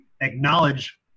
acknowledge